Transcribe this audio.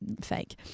fake